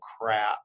crap